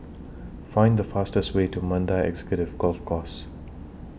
Find The fastest Way to Mandai Executive Golf Course